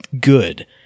good